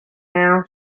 now